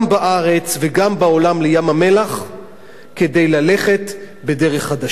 לים-המלח בארץ ובעולם כדי ללכת בדרך חדשה.